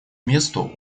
месту